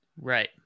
Right